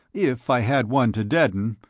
if i had one to deaden,